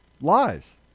lies